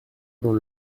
dans